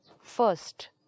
First